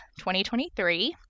2023